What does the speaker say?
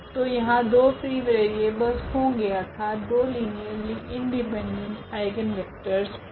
तो यहाँ दो फ्री वेरिएबलस होगे अर्थात 2 लीनियरली इंडिपेंडेंट आइगनवेक्टरस है